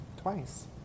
twice